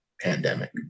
pandemic